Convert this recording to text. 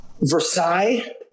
Versailles